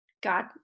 God